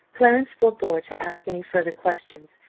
clarence forbore to ask any further questions,